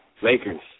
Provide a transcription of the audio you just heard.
Lakers